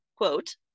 quote